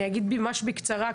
אני אגיד ממש בקצרה,